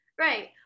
right